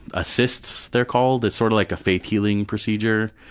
assists they're called. it's sort of like a faith healing procedure,